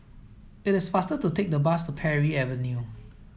it is faster to take the bus to Parry Avenue